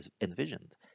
envisioned